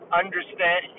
understand